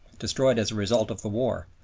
destroyed as a result of the war,